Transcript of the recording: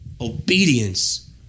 Obedience